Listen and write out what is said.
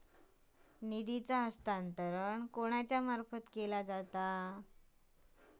निधी हस्तांतरण कोणाच्या मार्फत केला जाता?